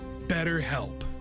BetterHelp